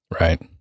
Right